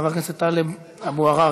חבר הכנסת טלב אבו עראר,